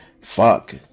fuck